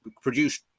produced